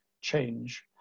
change